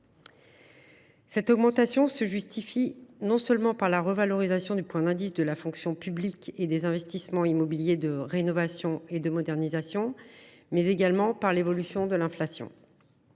Cette augmentation s’explique non seulement par la revalorisation du point d’indice de la fonction publique et par des investissements immobiliers de rénovation et de modernisation, mais également par l’évolution de l’inflation.